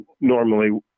normally